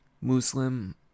Muslim